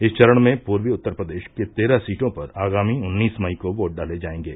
इस चरण में पूर्वी उत्तर प्रदेश के तेरह सीटों पर आगामी उन्नीस मई को वोट डाले जायेंगे